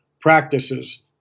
practices